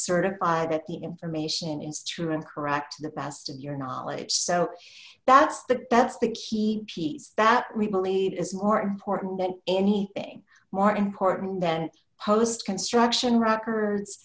certify that the information instrument correct to the best of your knowledge so that's the that's the key piece that we believe is more important than anything more important than post construction records